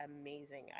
amazing